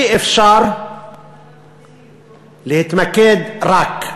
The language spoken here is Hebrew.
אי-אפשר להתמקד רק,